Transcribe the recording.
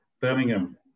Birmingham